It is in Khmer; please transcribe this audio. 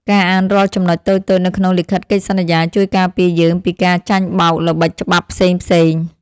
ការអានរាល់ចំណុចតូចៗនៅក្នុងលិខិតកិច្ចសន្យាជួយការពារយើងពីការចាញ់បោកល្បិចច្បាប់ផ្សេងៗ។